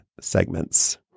segments